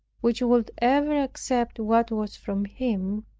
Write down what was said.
which would ever accept what was from him,